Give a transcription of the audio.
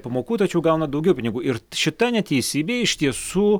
pamokų tačiau gauna daugiau pinigų ir šita neteisybė iš tiesų